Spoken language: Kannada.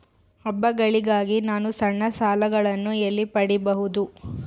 ಹಬ್ಬಗಳಿಗಾಗಿ ನಾನು ಸಣ್ಣ ಸಾಲಗಳನ್ನು ಎಲ್ಲಿ ಪಡಿಬಹುದು?